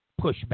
pushback